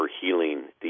healing